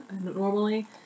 normally